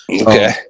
Okay